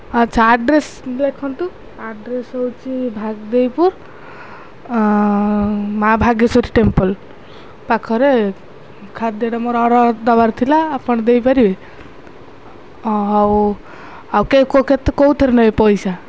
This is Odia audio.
ଆଚ୍ଛା ଆଡ୍ରେସ୍ ଲେଖନ୍ତୁ ଆଡ୍ରେସ୍ ହେଉଛି ଭାଗଦେଇପୁର ମା' ଭାଗେଶ୍ୱରୀ ଟେମ୍ପଲ୍ ପାଖରେ ଖାଦ୍ୟଟା ମୋର ଅର୍ଡ଼ର୍ ଦେବାର ଥିଲା ଆପଣ ଦେଇପାରିବେ ହଉ ଆଉ କେତେ କେଉଁଥିରେ ନେବେ ପଇସା